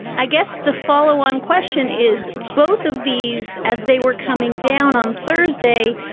i guess the follow on question is both of these as they were coming down on thursday.